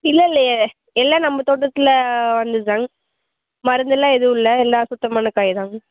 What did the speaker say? இல்லயில்ல எல்லாம் நம்ம தோட்டத்தில் வந்ததுதாங்க மருந்தெல்லாம் எதுவும் இல்லை எல்லாம் சுத்தமான காய்தாங்க